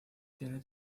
tiene